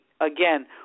again